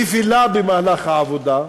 נפילה במהלך העבודה,